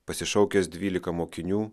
pasišaukęs dvylika mokinių